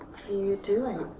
you doing.